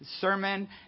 sermon